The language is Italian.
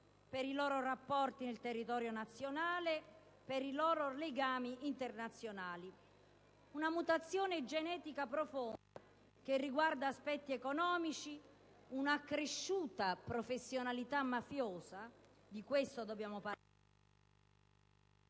per i loro rapporti nel territorio nazionale e per i loro legami internazionali: una mutazione genetica profonda, che riguarda gli aspetti economici, un'accresciuta professionalità malavitosa, il mutare